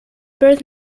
birth